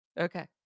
Okay